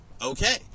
okay